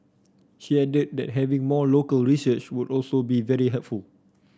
she added that having more local research would also be very helpful